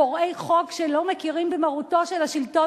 פורעי חוק שלא מכירים במרותו של השלטון